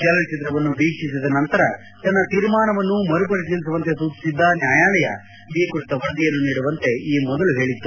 ಚಲನಚಿತ್ರವನ್ನು ವೀಕ್ಷಿಸಿದ ನಂತರ ತನ್ನ ತೀರ್ಮಾನವನ್ನು ಮರು ಪರಿಶೀಲಿಸುವಂತೆ ಸೂಚಿಸಿದ್ದ ನ್ವಾಯಾಲಯ ಈ ಕುರಿತ ವರದಿಯನ್ನು ನೀಡುವಂತೆ ಈ ಮೊದಲು ಹೇಳಿತ್ತು